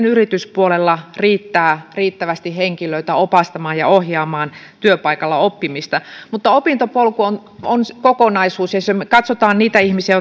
yrityspuolella riittää riittävästi henkilöitä opastamaan ja ohjaamaan työpaikalla oppimista mutta opintopolku on on kokonaisuus ja jos me katsomme niitä ihmisiä